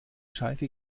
schalke